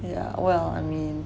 yeah well I mean